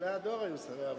גדולי הדור היו שרי עבודה.